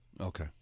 Okay